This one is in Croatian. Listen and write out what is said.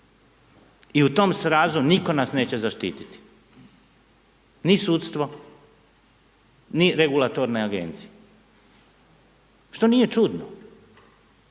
i u tom srazu nitko nas neće zaštititi, ni sudstvo, ni regulatorne agencije. Što nije čudno